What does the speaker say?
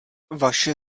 vaše